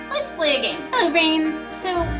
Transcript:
let's play a game hello brains! so